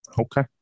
Okay